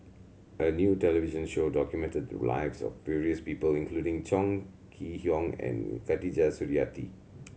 a new television show documented the lives of various people including Chong Kee Hiong and Khatijah Surattee